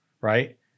right